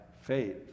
faith